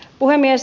puhemies